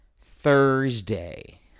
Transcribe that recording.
Thursday